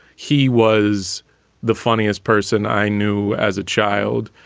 he was the funniest person i knew as a child.